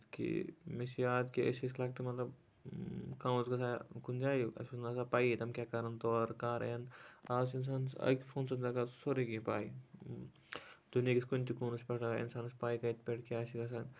کہِ مےٚ چھُ یاد کہِ أسۍ ٲسۍ لۄکٹہِ مطلب کانہہ اوس گژھان کُنہِ جایہِ اَسہِ اوس نہٕ لَگان پَیی یوتَن کیاہ کَرُن تور کَر یِن آز چھُ اِنسانَس اکہِ فونہٕ سۭتۍ لگان سورُے کیٚہہ پَے دُنیِکِس کُنہِ تہِ کوٗنَس پٮ۪ٹھ آسہِ اِنسانَس پَے کَتہِ پٮ۪ٹھ کیاہ چھُ گژھان